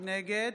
נגד